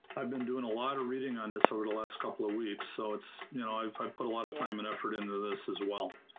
i've been doing a lot of reading on this over the last couple of weeks. so you know i've i've put a lot of time and effort into this as well,